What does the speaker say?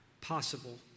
possible